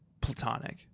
platonic